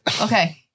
Okay